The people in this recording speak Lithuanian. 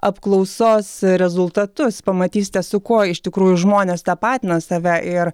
apklausos rezultatus pamatysite su kuo iš tikrųjų žmonės tapatina save ir